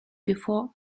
before